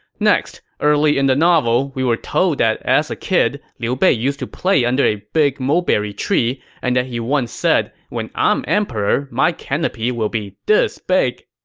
next, early in the novel, we were told that as a kid, liu bei used to play under a big mulberry tree and that he once said, when i'm emperor, my canopy will be this big.